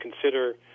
consider